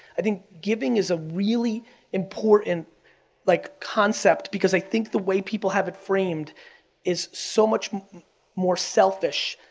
i think giving is a really important like concept because i think the way people have it framed is so much more selfish.